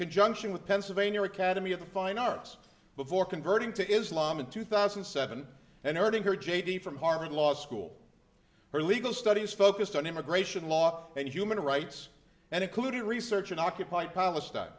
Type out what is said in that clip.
conjunction with pennsylvania academy of fine arts before converting to islam in two thousand and seven and earning her j d from harvard law school her legal studies focused on immigration law and human rights and included research in occupy palestine